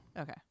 Okay